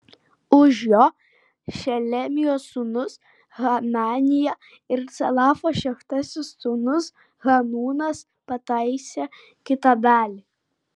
už jo šelemijos sūnus hananija ir calafo šeštasis sūnus hanūnas pataisė kitą dalį